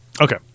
Okay